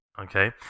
Okay